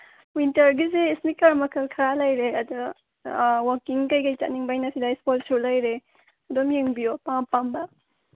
ꯋꯤꯟꯇꯔꯒꯤꯁꯤ ꯏꯁꯅꯤꯀꯔ ꯃꯈꯜ ꯈꯔ ꯂꯩꯔꯦ ꯑꯗꯨ ꯋꯥꯀꯤꯡ ꯀꯔꯤ ꯀꯔꯤ ꯆꯠꯅꯤꯡꯕꯒꯤꯅ ꯁꯤꯗ ꯏꯁꯄꯣꯠ ꯁꯨ ꯂꯩꯔꯦ ꯑꯗꯨꯝ ꯌꯦꯡꯕꯤꯌꯨ ꯑꯄꯥꯝ ꯑꯄꯥꯝꯕ